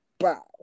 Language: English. wow